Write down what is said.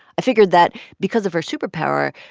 i figured that, because of her superpower,